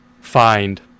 find